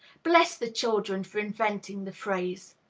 bless the children for inventing the phrase!